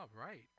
right